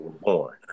born